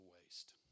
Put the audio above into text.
waste